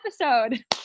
episode